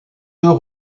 deux